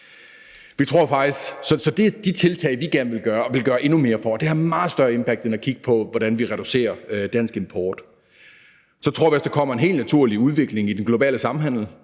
Det er de tiltag, vi gerne vil gøre endnu mere for, og det har meget større impact end at kigge på, hvordan vi reducerer dansk import. Så tror vi også, at der kommer en helt naturlig udvikling i den globale samhandel.